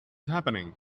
happening